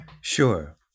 Sure